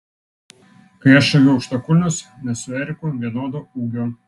kai aš aviu aukštakulnius mes su eriku vienodo ūgio